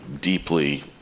deeply